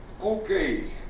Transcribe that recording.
okay